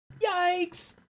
yikes